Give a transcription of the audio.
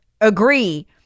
agree